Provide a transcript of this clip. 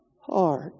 heart